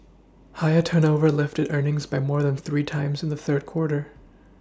higher turnover lifted earnings by more than three times in the third quarter